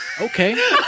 Okay